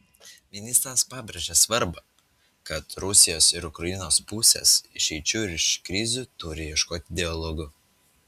ministras pabrėžė svarbą kad rusijos ir ukrainos pusės išeičių iš krizių turi ieškoti dialogu